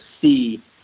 see